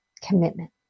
commitment